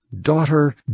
Daughter